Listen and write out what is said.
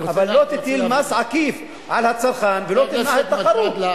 אבל שלא תטיל מס עקיף על הצרכן ולא תמנע את התחרות.